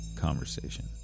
conversation